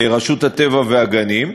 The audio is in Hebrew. רשות הטבע והגנים,